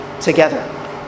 together